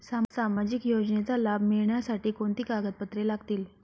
सामाजिक योजनेचा लाभ मिळण्यासाठी कोणती कागदपत्रे लागतील?